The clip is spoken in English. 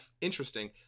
interesting